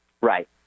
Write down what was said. Right